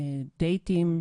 דייטים,